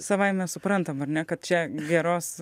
savaime suprantam ar ne kad čia geros